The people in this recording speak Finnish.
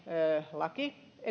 laki